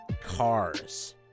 cars